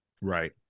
right